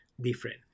different